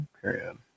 Period